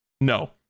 No